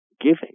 giving